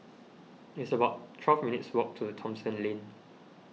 it's about twelve minutes' walk to Thomson Lane